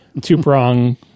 two-prong